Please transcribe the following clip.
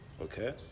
okay